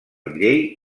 llei